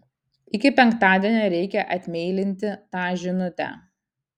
iki penktadienio reikia atmeilinti tą žinutę